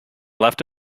left